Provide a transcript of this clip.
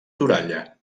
toralla